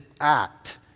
act